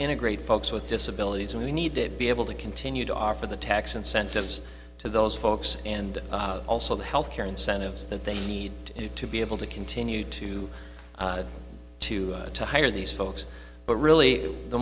integrate folks with disabilities and we need to be able to continue to offer the tax incentives to those folks and also the health care incentives that they need to be able to continue to to to hire these folks but really the